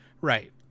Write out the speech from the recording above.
Right